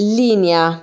linea